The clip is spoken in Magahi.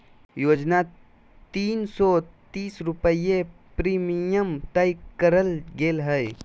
योजना तीन सो तीस रुपये प्रीमियम तय करल गेले हइ